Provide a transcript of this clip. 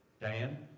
Diane